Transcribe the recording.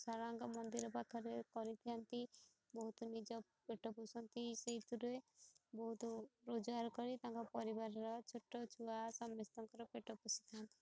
ଶାରଳାଙ୍କ ମନ୍ଦିର ପାଖରେ କରିଥାନ୍ତି ବହୁତ ନିଜ ପେଟ ପୋଷନ୍ତି ସେଇଥିରେ ବହୁତ ରୋଜଗାର କରି ତାଙ୍କ ପରିବାରର ଛୋଟ ଛୁଆ ସମସ୍ତଙ୍କର ପେଟ ପୋଷିଥାନ୍ତି